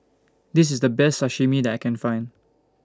This IS The Best Sashimi that I Can Find